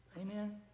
Amen